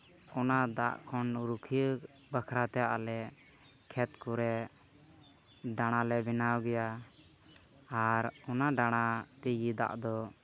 ᱚᱱᱟ ᱫᱟᱜ ᱠᱷᱚᱱ ᱨᱩᱠᱷᱤᱭᱟᱹ ᱵᱟᱠᱷᱨᱟᱛᱮ ᱟᱞᱮ ᱠᱷᱮᱛ ᱠᱚᱨᱮ ᱰᱟᱲᱟᱞᱮ ᱵᱮᱱᱟᱣ ᱜᱮᱭᱟ ᱟᱨ ᱚᱱᱟ ᱰᱟᱲᱟ ᱛᱮᱜᱮ ᱫᱟᱜ ᱫᱚ